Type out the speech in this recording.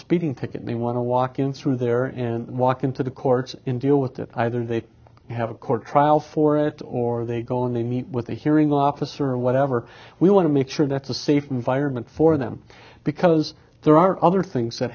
speeding ticket they want to walk in through there and walk into the court in deal with that either they have a court trial for it or they go and they meet with a hearing officer or whatever we want to make sure that's a safe environment for them because there are other things that